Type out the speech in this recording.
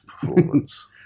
performance